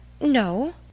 No